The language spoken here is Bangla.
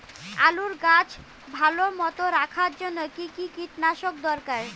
আলুর গাছ ভালো মতো রাখার জন্য কী কী কীটনাশক দরকার?